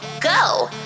go